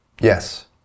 Yes